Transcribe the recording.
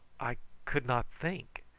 i could not think.